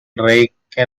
rake